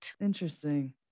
interesting